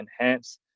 enhance